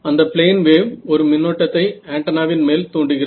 அந்த plane wave ஒரு மின்னோட்டத்தை ஆன்டென்னாவின் மேல் தூண்டுகிறது